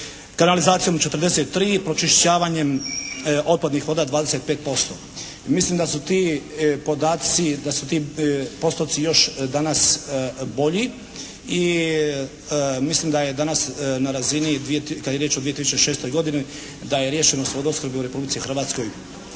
Kanalizacijom 43. Pročišćavanjem otpadnih voda 25%. Mislim da su ti podaci, da su ti postoci još danas bolji i mislim da je danas na razini, kad je riječ o 2006. godini da je riješenost vodoopskrbe u Republici Hrvatskoj